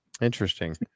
Interesting